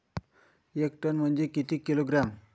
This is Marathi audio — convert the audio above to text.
एक टन म्हनजे किती किलोग्रॅम?